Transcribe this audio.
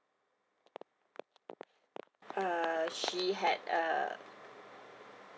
uh she had uh